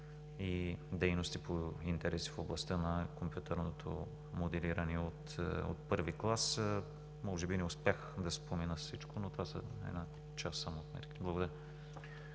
и дейности по интереси в областта на компютърното моделиране от І клас. Може би не успях да спомена всичко, но това са само част от мерките. Благодаря